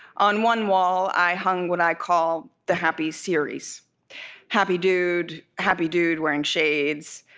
on one wall i hung what i call the happy series happy dude, happy dude wearing shades,